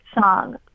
song